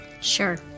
Sure